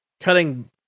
cutting